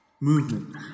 Movement